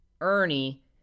Ernie